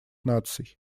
наций